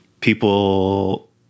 people